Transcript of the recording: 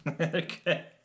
Okay